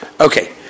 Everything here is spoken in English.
Okay